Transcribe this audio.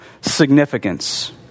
significance